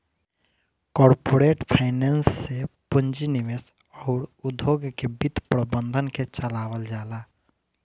corporate finance से पूंजी निवेश अउर उद्योग के वित्त प्रबंधन के चलावल जाला